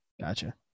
gotcha